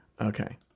okay